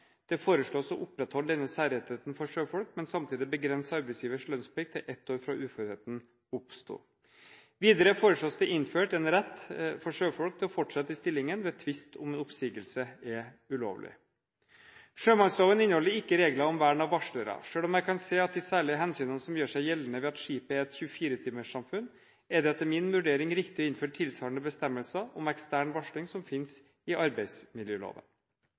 Det foreslås å opprettholde denne særrettigheten for sjøfolk, men samtidig begrense arbeidsgivers lønnsplikt til ett år fra uførheten oppsto. Videre foreslås det innført en rett for sjøfolk til å fortsette i stillingen ved tvist om hvorvidt en oppsigelse er ulovlig. Sjømannsloven inneholder ikke regler om vern av varslere. Selv om jeg kan se at de særlige hensynene som gjør seg gjeldende ved at skipet er et 24-timerssamfunn, er det etter min vurdering riktig å innføre tilsvarende bestemmelser om ekstern varsling som den som finnes i arbeidsmiljøloven.